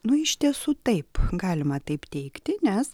nu iš tiesų taip galima taip teigti nes